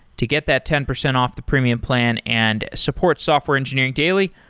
to get that ten percent off the premium plan and support software engineering daily,